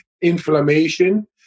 inflammation